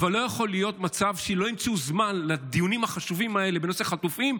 לא יכול להיות מצב שלא ימצאו זמן לדיונים החשובים האלה בנושא החטופים,